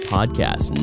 Podcast